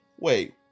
wait